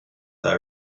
they